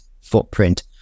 footprint